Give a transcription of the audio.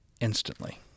instantly